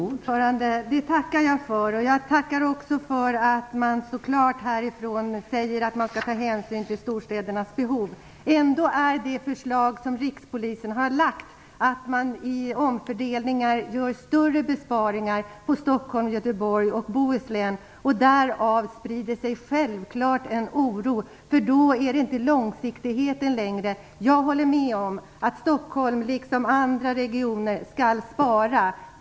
Fru talman! Det tackar jag för, och jag tackar också för att det så klart sägs att hänsyn skall tas till storstädernas behov. Men med det förslag som Rikspolisstyrelsen har lagt fram, att man genom omfördelningar gör större besparingar på Stockholms län, Göteborgs och Bohus län, sprider sig självfallet en oro, för då handlar det inte längre om långsiktighet. Jag håller med om att Stockholm, liksom andra regioner, skall spara.